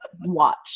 watch